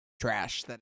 trash